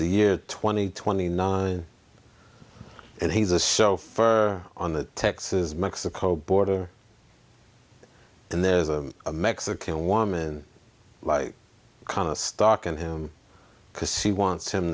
the year twenty twenty nine and he's a chauffeur on the texas mexico border and there's a mexican woman kind of stock in him because she wants him